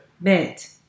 Bet